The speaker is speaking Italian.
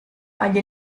agli